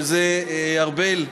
שזה ארבל,